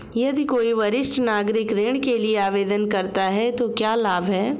यदि कोई वरिष्ठ नागरिक ऋण के लिए आवेदन करता है तो क्या लाभ हैं?